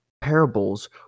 parables